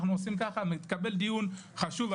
אנחנו עושים ככה - מתקבל דיון חשוב.